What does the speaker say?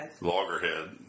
Loggerhead